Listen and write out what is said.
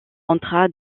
entra